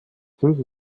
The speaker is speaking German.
finden